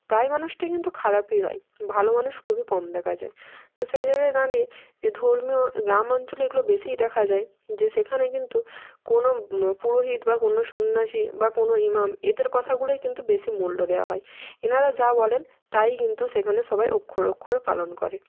প্রায় মানুষটাই কিন্তু খারাপই হয় ভালো মানুষ খুবই কম দেখা যায় তো সেই জায়গায় দাঁড়িয়ে যে ধর্মীয় গ্রাম অঞ্চলে এগুলো বেশিই দেখা যায় যে সেখানে কিন্তু কোনও পুরোহিত বা কোনও সন্ন্যাসী বা কোনও ইমাম এদের কথাগুলোই কিন্তু বেশি মূল্য দেওয়া হয় এনারা যা বলেন তাই কিন্তু সেখানে সবাই অক্ষরে অক্ষরে পালন করে